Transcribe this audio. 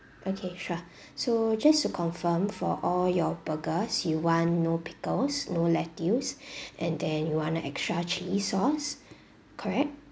okay sure so just to confirm for all your burgers you want no pickles no lettuce and then you want extra chili sauce correct